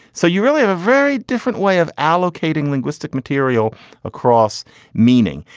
so you really have a very different way of allocating linguistic material across meaning.